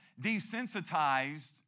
desensitized